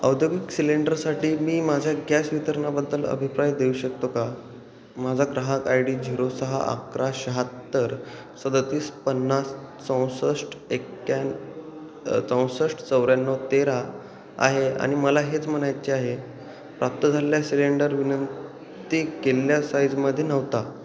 औद्योगिक सिलेंडरसाठी मी माझ्या गॅस वितरणाबद्दल अभिप्राय देऊ शकतो का माझा ग्राहक आय डी झिरो सहा अकरा शहात्तर सदतीस पन्नास चौसष्ट एक्याण्णव चौसष्ट चौऱ्याण्णव तेरा आहे आणि मला हेच म्हणायचे आहे प्राप्त झालेल्या सिलेंडर विनंती केल्ल्या साईजमध्ये नव्हता